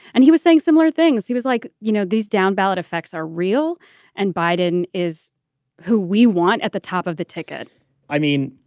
and he was saying similar things. he was like, you know, these down ballot effects are real and biden is who we want at the top of the ticket i mean,